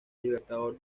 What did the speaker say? libertador